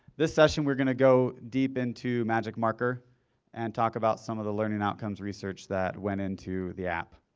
this session we're going to go deep into magicmarker and talk about some of the learning outcomes research that went into the app.